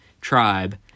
tribe